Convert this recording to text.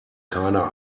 keiner